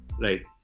Right